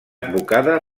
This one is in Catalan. advocada